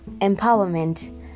empowerment